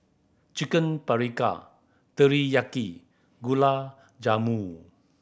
Chicken Paprika Teriyaki Gulab Jamun